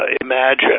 imagine